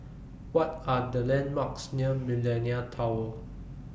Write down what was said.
What Are The landmarks near Millenia Tower